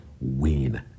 win